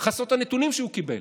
חסרות הנתונים שהוא קיבל,